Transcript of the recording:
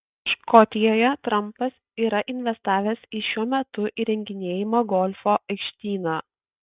škotijoje trampas yra investavęs į šiuo metu įrenginėjamą golfo aikštyną